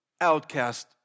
outcast